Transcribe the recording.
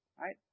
Right